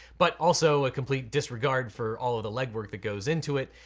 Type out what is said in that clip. but also a complete disregard for all of the leg work that goes into it,